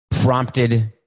prompted